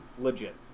Legit